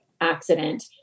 accident